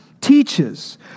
teaches